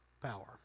power